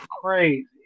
crazy